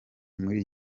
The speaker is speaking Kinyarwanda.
muri